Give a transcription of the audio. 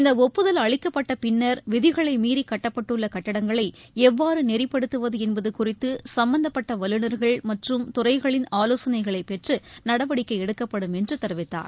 இந்த ஒப்புதல் அளிக்கப்பட்ட பின்னர் விதிகளை மீறி கட்டப்பட்டுள்ள கட்டிடங்களை எவ்வாறு நெறிப்படுத்துவது என்பது குறித்து சுப்பந்தப்பட்ட வல்லுநர்கள் மற்றும் துறைகளின் ஆலோசனைகளை பெற்று நடவடிக்கை எடுக்கப்படும் என்று தெரிவித்தார்